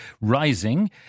rising